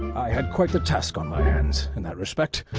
i had quite the task on my hands in that respect,